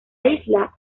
isla